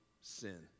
sin